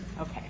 Okay